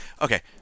Okay